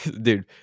dude